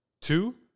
Two